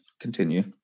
continue